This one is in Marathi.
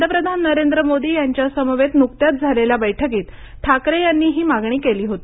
पंतप्रधान नरेंद्र मोदी यांच्या समवेत नुकत्याच झालेल्या बैठकीत ठाकरे यांनी ही मागणी केली होती